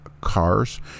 cars